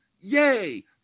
Yay